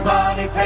Money